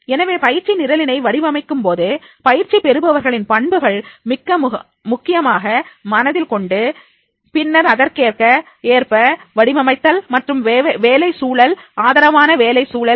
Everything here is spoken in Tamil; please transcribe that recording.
எனவே பயிற்சி நிரலினை வடிவமைக்கும்போது பயிற்சி பெறுபவர்களின் பண்புகள் மிக முக்கியமாக மனதில் கொண்டு பின்னர் அதற்கேற்ப வடிவமைத்தல்மற்றும் வேலை சூழல் ஆதரவான வேலை சூழல்